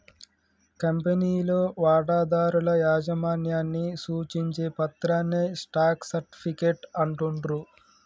కంపెనీలో వాటాదారుల యాజమాన్యాన్ని సూచించే పత్రాన్నే స్టాక్ సర్టిఫికేట్ అంటుండ్రు